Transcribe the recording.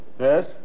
Yes